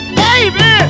baby